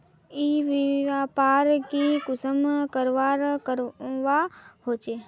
ई व्यापार की कुंसम करवार करवा होचे?